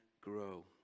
grow